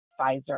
Pfizer